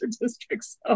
districts